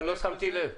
אני לא שמתי לב.